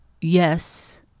yes